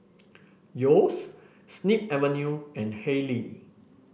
Yeo's Snip Avenue and Haylee